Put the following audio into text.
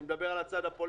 אני מדבר על הצד הפוליטי.